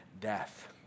death